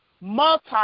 multi